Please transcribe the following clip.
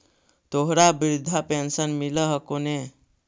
तोहरा वृद्धा पेंशन मिलहको ने?